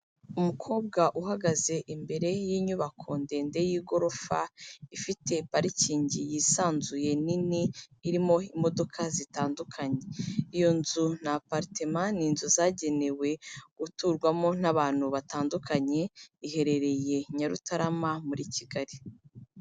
Umukobwa uhagaze imbere y'inyubako ndende y'igorofa ifite parikingi yisanzuye nini irimo imodoka zitandukanye, iyo nzu ni aparitema, ni inzu zagenewe guturwamo n'abantu batandukanye, iherereye Nyarutarama muri Kigali.